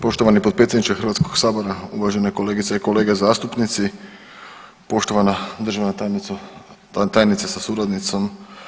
Poštovani potpredsjedniče Hrvatskog sabora, uvažene kolegice i kolege zastupnici, poštovana državna tajnice sa suradnicom.